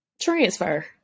transfer